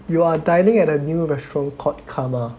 you are dining at a new restaurant called Karma